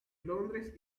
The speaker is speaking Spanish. londres